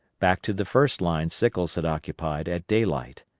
back to the first line sickles had occupied at daylight.